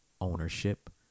ownership